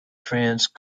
france